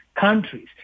countries